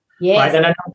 Yes